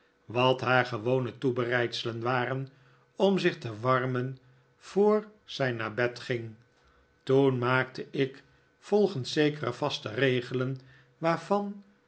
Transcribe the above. wat haar gewone toebereidselen waren om zich te warmen voor zij naar bed ging toen maakte ik volgens zekere vaste regelen waarvan